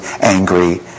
angry